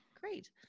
Great